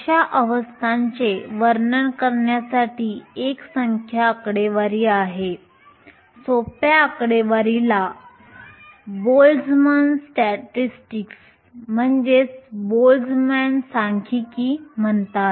अशा व्यवस्थांचे वर्णन करण्यासाठी एक संख्या आकडेवारी आहे सोप्या आकडेवारीला बोल्टझमॅन सांख्यिकी म्हणतात